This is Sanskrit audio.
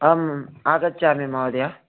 अहम् आगच्छामि महोदय